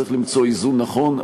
צריך למצוא איזון נכון.